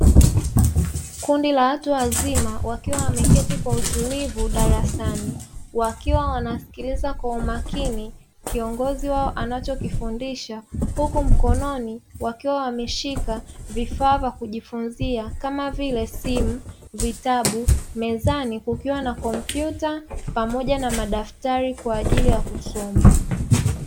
Kundi la watu wazima wakiwa wameketi kwa utulivu darasani wakiwa wanasikiliza kwa umakini kiongozi wao anachokifundisha, huku mkononi wakiwa wameshika vifaa vya kujifunzia kama vile simu, vitabu, mezani kukiwa na kompyuta pamoja na madaftari kwa ajili ya kusoma.